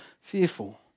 fearful